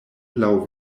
laŭ